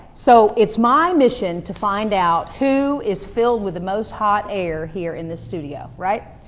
so it's my mission to find out who is filled with the most hot air here in the studio, right?